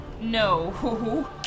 No